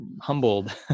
humbled